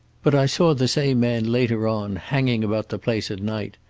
but i saw the same man later on, hanging about the place at night,